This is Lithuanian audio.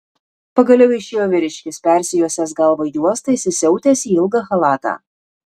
pagaliau išėjo vyriškis persijuosęs galvą juosta įsisiautęs į ilgą chalatą